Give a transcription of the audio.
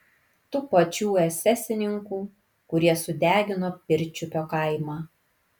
tų pačių esesininkų kurie sudegino pirčiupio kaimą